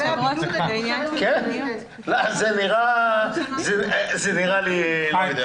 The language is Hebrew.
זה נראה לי מוזר.